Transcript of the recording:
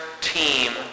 team